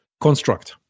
construct